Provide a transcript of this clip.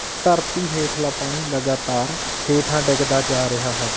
ਧਰਤੀ ਹੇਠਲਾ ਪਾਣੀ ਲਗਾਤਾਰ ਹੇਠਾਂ ਡਿੱਗਦਾ ਜਾ ਰਿਹਾ ਹੈ